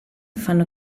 fanno